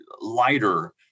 lighter